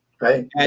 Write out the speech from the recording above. Right